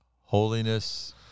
Holiness